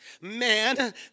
man